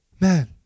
Man